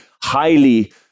highly